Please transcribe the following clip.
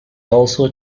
also